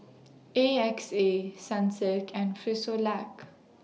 A X A Sunsilk and Frisolac